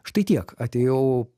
štai tiek atėjau